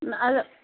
نہَ اگر